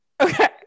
Okay